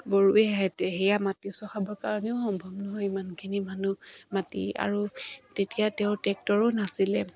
গৰুৱে সেয়া মাটি চহাবৰ কাৰণেও সম্ভৱ নহয় ইমানখিনি মানুহ মাটি আৰু তেতিয়া তেওঁৰ টেক্টৰো নাছিলে